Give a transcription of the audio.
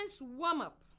warm-up